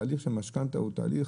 התהליך של משכנתא הוא תהליך